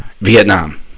Vietnam